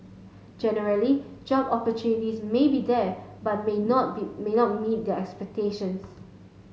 generally job opportunities may be there but may not be may not meet their expectations